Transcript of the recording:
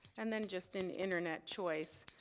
and then just in internet choice,